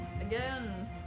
Again